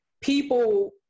people